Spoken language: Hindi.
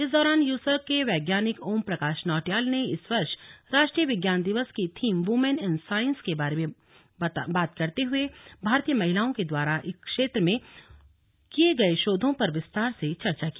इस दौरान यूसर्क के वैज्ञानिक ओम प्रकाश नौटियाल ने इस वर्ष राष्ट्रीय विज्ञान दिवस की थीम वुमेन इन सांईस के बारे में बात करते हुए भारतीय महिलाओं के द्वारा इस क्षेत्र में किये गये शोधों पर विस्तार से चर्चा की